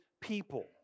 people